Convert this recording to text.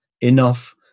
enough